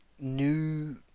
new